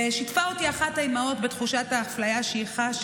ושיתפה אותי אחת האימהות בתחושת האפליה שהיא חשה